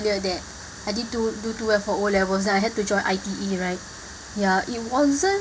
that I didn't do do too well for O levels then I had to join I_T_E right ya it wasn't